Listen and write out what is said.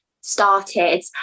started